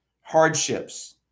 hardships